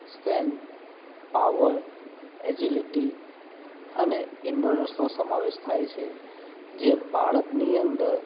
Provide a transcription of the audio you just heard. strength power agility અને ઇન્ડોરન્સનો સમાવેશ થાય છે જે બાળકની અંદર